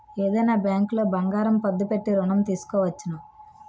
ఏదైనా బ్యాంకులో బంగారం పద్దు పెట్టి ఋణం తీసుకోవచ్చును